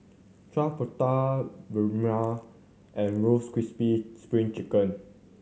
chappati bahulu and roast crispy Spring Chicken